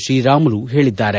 ಶ್ರೀರಾಮುಲು ಹೇಳಿದ್ದಾರೆ